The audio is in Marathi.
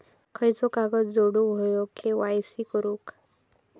खयचो कागद जोडुक होयो के.वाय.सी करूक?